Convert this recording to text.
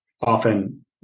often